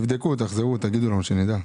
תבדקו תחזרו תגידו לנו שנדע.